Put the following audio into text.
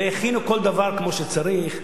והכינו כל דבר כמו שצריך.